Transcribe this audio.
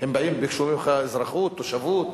הם באים, ביקשו ממך אזרחות, תושבות?